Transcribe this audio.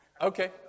Okay